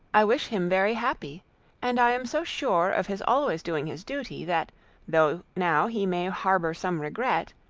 i wish him very happy and i am so sure of his always doing his duty, that though now he may harbour some regret,